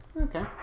Okay